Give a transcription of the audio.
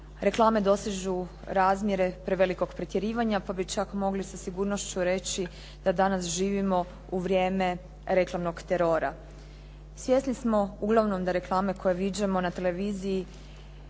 reklame dostižu razmjere prevelikog pretjerivanja, pa bi čak mogli sa sigurnošću reći da danas živimo u vrijeme reklamnog terora. Svjesni smo uglavnom da reklame koje viđamo na televiziji